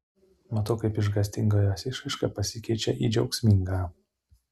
matau kaip išgąstinga jos išraiška pasikeičia į džiaugsmingą